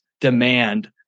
demand